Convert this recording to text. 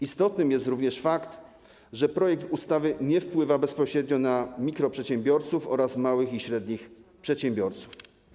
Istotny jest również fakt, że projekt ustawy nie wpływa bezpośrednio na mikroprzedsiębiorców ani na małych i średnich przedsiębiorców.